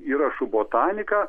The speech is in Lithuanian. įrašu botanika